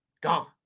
Gone